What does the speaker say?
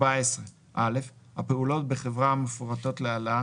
שינויים במבנה החברה 14. הפעולות בחברה המפורטות להלן,